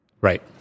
Right